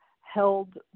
held